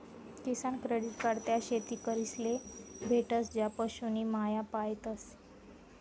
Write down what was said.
किसान credit card त्या शेतकरीस ले भेटस ज्या पशु नी मासा पायतस